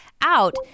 out